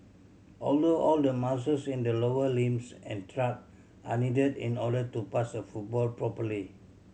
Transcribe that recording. although all the muscles in the lower limbs and trunk are needed in order to pass a football properly